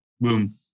boom